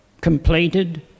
completed